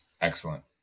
Excellent